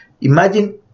Imagine